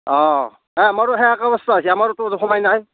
অ নাই আমাৰো সেই একে অৱস্থা হৈছে আমাৰোতো সময় নাই